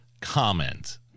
comment